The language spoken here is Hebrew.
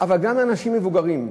אבל גם לאנשים מבוגרים.